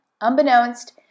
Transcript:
Unbeknownst